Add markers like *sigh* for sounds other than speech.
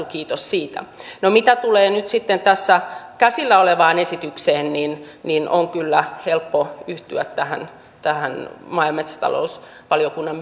*unintelligible* kiitos siitä no mitä tulee tässä käsillä olevaan esitykseen niin niin on kyllä helppo yhtyä tähän tähän maa ja metsätalousvaliokunnan *unintelligible*